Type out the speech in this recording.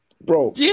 Bro